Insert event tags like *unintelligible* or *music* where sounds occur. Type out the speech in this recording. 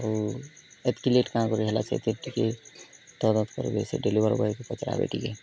ଆଉ ଏତିକି ଲେଟ୍ କାହିଁ ବୋଲି ହେଲା ସେଥିର୍ ଟିକେ ତା'ର *unintelligible* ଉପରେ ବେଶୀ ଡେଲିଭରି ବୟକୁ ପଚାରବ ଟିକେ